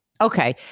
Okay